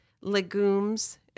legumes